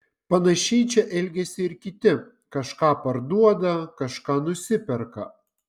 panašiai čia elgiasi ir kiti kažką parduoda kažką nusiperka